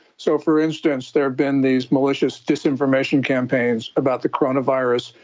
so for instance, there have been these malicious disinformation campaigns about the coronavirus,